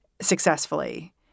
successfully